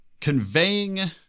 conveying